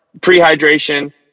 pre-hydration